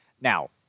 Now